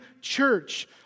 church